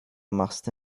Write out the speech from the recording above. machste